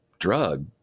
drug